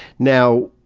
now,